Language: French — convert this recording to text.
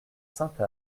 sainte